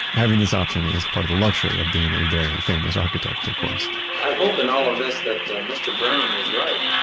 having this option is part of the luxury of being a very famous architect, of course i hope in all of this that mr. brown was right.